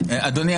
אדוני,